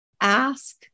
ask